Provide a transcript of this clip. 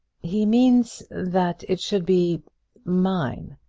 he means that it should be mine.